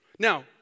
Now